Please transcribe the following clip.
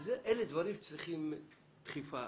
אלה דברים שצריכים דחיפה